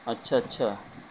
اچھا اچھا